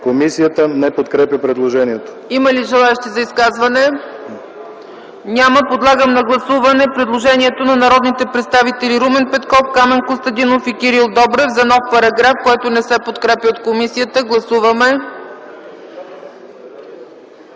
Комисията не подкрепя предложението. ПРЕДСЕДАТЕЛ ЦЕЦКА ЦАЧЕВА: Има ли желаещи за изказвания? Няма. Подлагам на гласуване предложението на народните представители Румен Петков, Камен Костадинов и Кирил Добрев за нов параграф, което не се подкрепя от комисията. Гласували